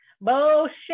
Bullshit